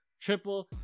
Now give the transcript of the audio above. Triple